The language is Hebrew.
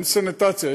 אין סניטציה,